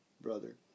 brother